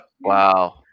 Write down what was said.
wow